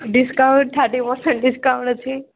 discount thirty percent discount ଅଛି